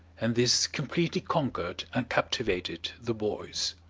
and this completely conquered and captivated the boys.